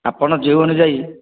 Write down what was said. ଆପଣ ଯେଉଁ ଅନୁଯାୟୀ